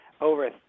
over